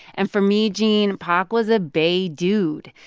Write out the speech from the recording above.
and for me, gene, pac was a bay dude,